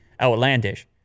outlandish